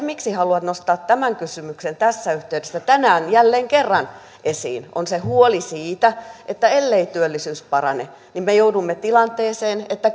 miksi haluan nostaa tämän kysymyksen esiin tässä yhteydessä tänään jälleen kerran on huoli siitä että ellei työllisyys parane me joudumme tilanteeseen että